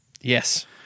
Yes